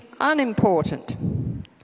unimportant